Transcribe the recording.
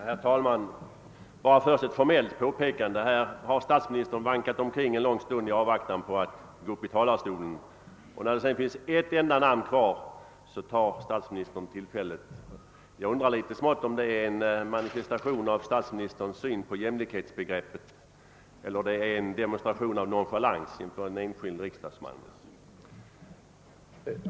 Herr talman! Först vill jag göra ett formellt påpekande. Statsministern har nu vankat omkring i kammaren en lång stund i avvaktan på ett lämpligt tillfälle att gå upp i talarstolen, och när det så bara var ett enda namn kvar på talarlistan passade han på tillfället. Jag undrar om detta var en manifestation av statsministerns syn på jämlikhetsbegreppet, eller om det var en demonstration av nonchalans mot en enskild riksdagsman.